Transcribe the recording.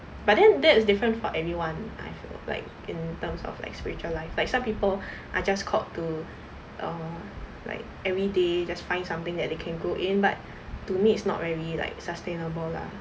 but then that is different for everyone I feel like in terms of like spiritual life like some people are just called to err like every day just find something that they can go in but to me it's not really like sustainable lah